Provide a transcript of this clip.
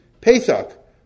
Pesach